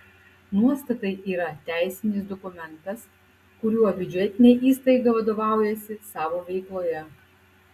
nuostatai yra teisinis dokumentas kuriuo biudžetinė įstaiga vadovaujasi savo veikloje